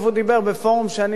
כי הופעתי גם כן שם,